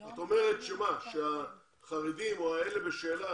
את אומרת שהחרדים או אלה שחזרו בשאלה,